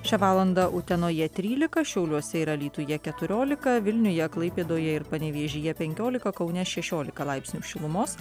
šią valandą utenoje trylika šiauliuose ir alytuje keturiolika vilniuje klaipėdoje ir panevėžyje penkiolika kaune šešiolika laipsnių šilumos